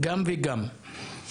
גם וגם.